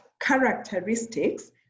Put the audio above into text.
characteristics